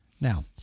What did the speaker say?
Now